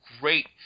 great